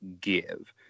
give